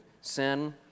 sin